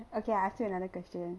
okay I ask you another question